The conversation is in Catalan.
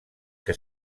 que